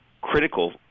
critical